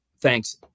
Thanks